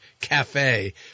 Cafe